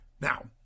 Now